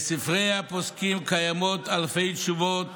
בספרי הפוסקים קיימות אלפי תשובות